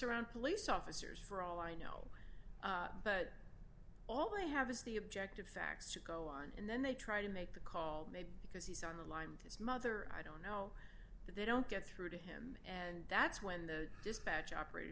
around police officers for all i know but all they have is the objective facts to go on and then they try to make the call maybe because he's on the line his mother i don't know that they don't get through to him and that's when the dispatch operator